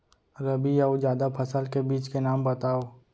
रबि अऊ जादा फसल के बीज के नाम बताव?